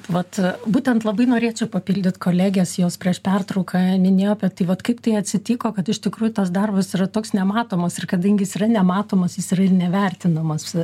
vat būtent labai norėčiau papildyt koleges jos prieš pertrauką minėjo apie tai vat kaip tai atsitiko kad iš tikrųjų tas darbas yra toks nematomas ir kadangi jis yra nematomas jis yra ir nevertinamas